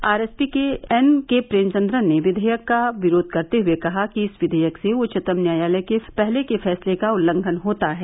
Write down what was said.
RSP के NK Premachandran ने विधेयक का विरोध करते हुए कहा कि इस विधेयक से उच्चतम न्यायालय के पहले के फैसले का उल्लंघन होता है